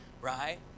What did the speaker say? right